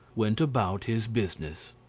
went about his business.